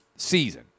Season